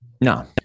No